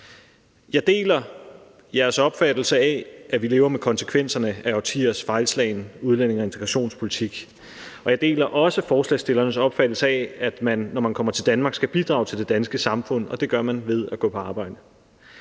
Jeg deler jeres opfattelse af, at vi lever med konsekvenserne af årtiers fejlslagen udlændinge- og integrationspolitik, og jeg deler også forslagsstillernes opfattelse af, at man, når man kommer til Danmark, skal bidrage til det danske samfund, og det gør man ved at gå på arbejde.